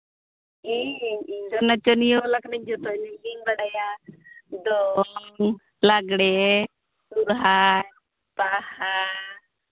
ᱤᱧ ᱤᱧᱫᱚ ᱱᱟᱪᱚᱱᱤᱭᱟᱹ ᱵᱟᱞᱟ ᱠᱟᱹᱱᱟᱹᱧ ᱡᱷᱚᱛᱚ ᱮᱱᱮᱡ ᱤᱧ ᱵᱟᱰᱟᱭᱟ ᱫᱚᱝ ᱞᱟᱸᱜᱽᱲᱮ ᱥᱚᱨᱦᱟᱭ ᱵᱟᱦᱟ